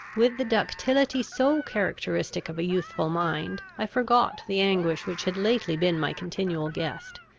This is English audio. with the ductility so characteristic of a youthful mind, i forgot the anguish which had lately been my continual guest,